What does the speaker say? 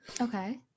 Okay